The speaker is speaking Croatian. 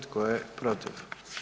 Tko je protiv?